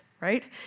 right